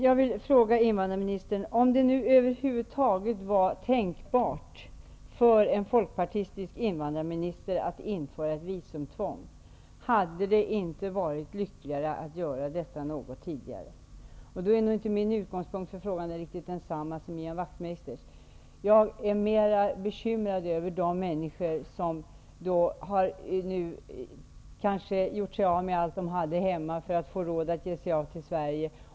Jag vill fråga invandrarministern: Om det över huvud taget var tänkbart för en folkpartistisk invandrarminister att införa ett visumtvång, hade det inte varit lyckligare att göra detta något tidigare? Min utgångspukt för frågan är inte riktigt densamma som Ian Wachtmeisters. Jag är mer bekymrad över de människor som kanske har gjort sig av med allt de hade hemma för att få råd att ge sig av till Sverige.